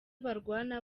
barwana